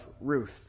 Ruth